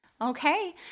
Okay